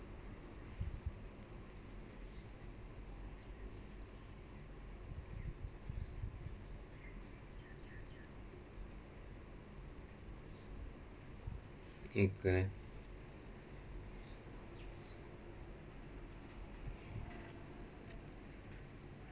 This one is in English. okay